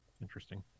Interesting